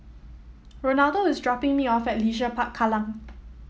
Ronaldo is dropping me off at Leisure Park Kallang